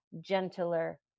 gentler